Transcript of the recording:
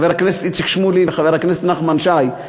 חבר הכנסת איציק שמולי וחבר הכנסת נחמן שי,